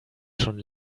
schon